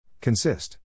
Consist